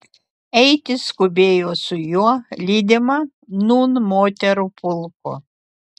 eiti skubėjo su juo lydima nūn moterų pulko